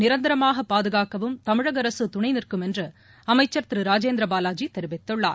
நிரந்தரமாக பாதுகாக்கவும் தமிழக அரசு துணை நிற்கும் என்று அமைச்சர் திரு ராஜேந்திர பாலாஜி தெரிவித்துள்ளார்